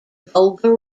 volga